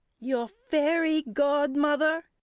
your fairy godmother.